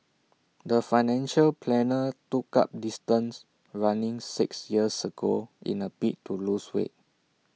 the financial planner took up distance running six years ago in A bid to lose weight